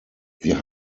wir